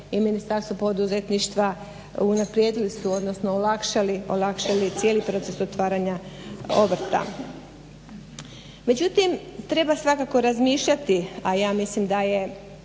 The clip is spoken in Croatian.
je Ministarstvo poduzetništva unaprijedili su odnosno olakšali cijeli proces otvaranja obrta. Međutim treba svakako razmišljati a ja mislim da je